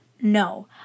no